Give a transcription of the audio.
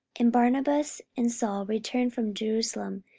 and barnabas and saul returned from jerusalem,